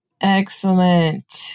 Excellent